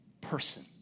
Person